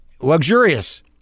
Luxurious